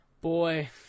Boy